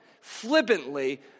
flippantly